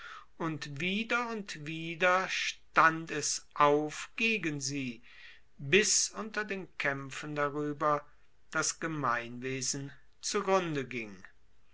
und wieder und wieder stand es auf gegen sie bis unter den kaempfen darueber das gemeinwesen zugrunde ging